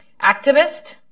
activist